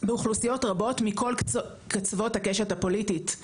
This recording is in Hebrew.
באוכלוסיות רבות מכל קצוות הקשת הפוליטית,